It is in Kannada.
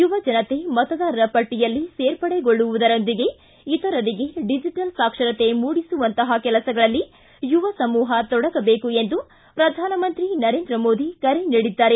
ಯುವಜನತೆ ಮತದಾರರ ಪಟ್ಟಿಯಲ್ಲಿ ಸೇರ್ಪಡೆಗೊಳ್ಳುವುದರೊಂದಿಗೆ ಇತರರಿಗೆ ಡಿಜಿಟಲ್ ಸಾಕ್ಷರತೆ ಮೂಡಿಸುವಂತಹ ಕೆಲಸಗಳಲ್ಲಿ ಯುವ ಸಮೂಹ ತೊಡಗಬೇಕು ಎಂದು ಪ್ರಧಾನಮಂತ್ರಿ ನರೇಂದ್ರ ಮೋದಿ ಕರೆ ನೀಡಿದ್ದಾರೆ